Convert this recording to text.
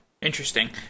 Interesting